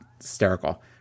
hysterical